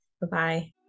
Bye-bye